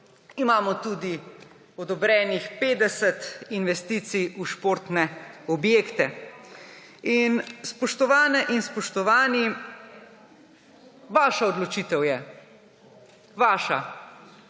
Imamo tudi odobrenih 50 investicij v športne objekte. Spoštovane in spoštovani! Vaša odločitev je, vaša,